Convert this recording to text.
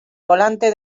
volante